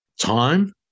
time